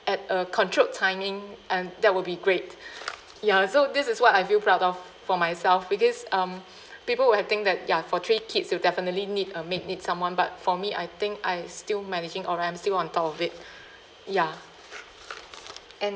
at a controlled timing and that would be great ya so this is what I feel proud of for myself because um people would have think that ya for three kids you definitely need a maid need someone but for me I think I still managing or I'm still on top of it ya and